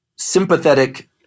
sympathetic